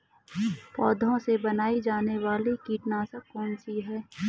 पौधों से बनाई जाने वाली कीटनाशक कौन सी है?